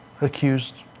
accused